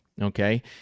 okay